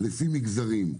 לפי מגזרים,